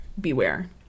Beware